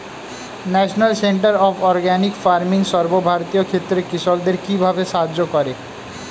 National centre of organic farming সর্বভারতীয় ক্ষেত্রে কৃষকদের কিভাবে সাহায্য করে?